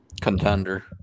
Contender